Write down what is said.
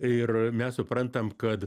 ir mes suprantam kad